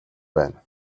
байна